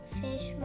fish